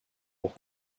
pour